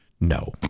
No